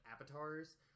avatars